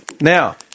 Now